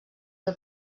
que